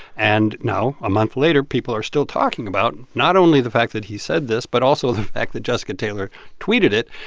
and now, a month later, people are still talking about not only the fact that he said this but also the fact that jessica taylor tweeted it.